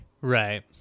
right